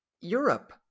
Europe